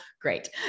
Great